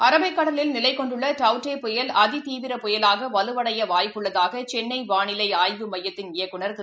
அரபிக்கடலில் நிலைகொண்டுள்ளடவ்தே புயல் அதிதீவிர புயலாகவலுவடையவாய்ப்பு உள்ளதாகசென்னைவானிலைஆய்வு மையத்தின் இயக்குநா் திரு